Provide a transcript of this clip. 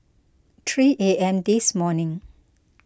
three A M this morning